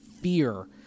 fear